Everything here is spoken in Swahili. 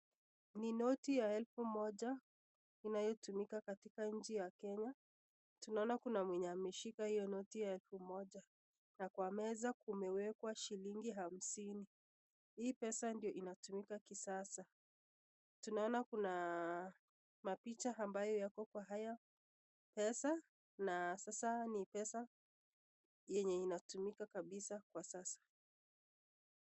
Ni noti ya elfu moja inayotumika katika nchi Kenya, tunaona kunamwenye ameshika noti hiyo ya elfu moja na kwa meza kumeekwa shillingi hamsini. Hii pesa ndio inatumika kisasa, tunaona kuna mapicha ambayo yako kwa hayo pesa na sasa ni pesa inayotumika kabisa kwa kisasa.